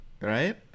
right